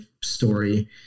story